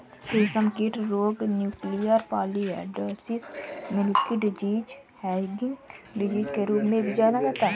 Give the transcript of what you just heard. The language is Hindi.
रेशमकीट रोग nuclear polyhedrosis, milky disease, hanging disease के रूप में भी जाना जाता है